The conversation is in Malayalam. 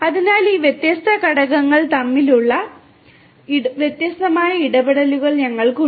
അതിനാൽ ഈ വ്യത്യസ്ത ഘടകങ്ങൾ തമ്മിലുള്ള വ്യത്യസ്ത ഇടപെടലുകൾ ഞങ്ങൾക്കുണ്ട്